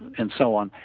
and so on.